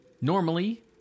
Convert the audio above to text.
Normally